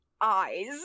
eyes